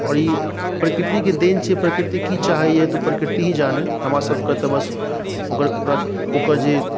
आओर ई प्रकृतिके देन छै प्रकृति की चाहै यऽ ई तऽ प्रकृति ही जानै हमरसभके तऽ बस ओकर ओकर जे